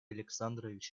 александрович